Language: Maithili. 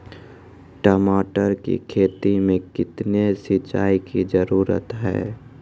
टमाटर की खेती मे कितने सिंचाई की जरूरत हैं?